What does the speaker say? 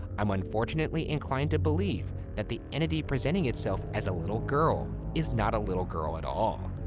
i'm unfortunately inclined to believe that the entity presenting itself as a little girl is not a little girl at all.